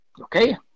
Okay